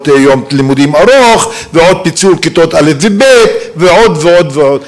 ליום לימודים ארוך ועוד פיצול כיתות א' וב' ועוד ועוד ועוד.